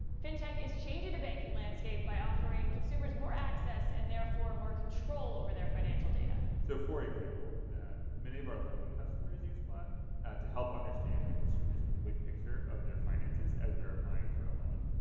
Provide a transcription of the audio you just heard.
fintech is changing the banking landscape by offering consumers more access and therefore more control over their financial data. so, for example, and many of our lending customers use plaid to help understand a consumer's complete picture of their finances as they're applying for a loan.